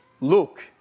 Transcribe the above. look